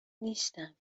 نیستم